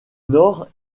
nord